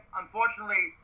unfortunately